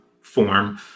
form